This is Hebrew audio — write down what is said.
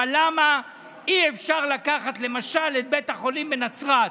אבל למה אי-אפשר לקחת למשל את בית החולים בנצרת,